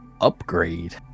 upgrade